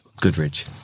Goodridge